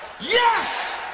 yes